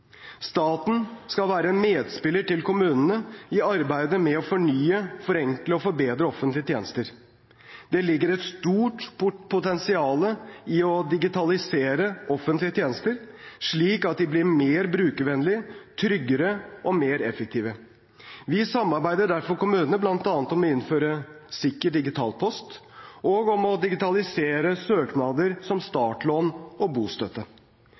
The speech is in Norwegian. Staten skal være en medspiller for kommunene i arbeidet med å fornye, forenkle og forbedre offentlige tjenester. Det ligger et stort potensial i å digitalisere offentlige tjenester, slik at de blir mer brukervennlige, tryggere og mer effektive. Vi samarbeider derfor med kommunene, bl.a. om å innføre sikker digital post og om å digitalisere søknader om startlån og bostøtte.